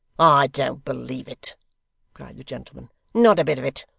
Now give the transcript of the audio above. i don't believe it cried the gentleman, not a bit of it.